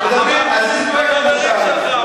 על זכותו הבסיסית,